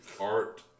art